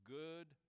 good